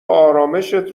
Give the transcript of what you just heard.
آرامِشت